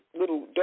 little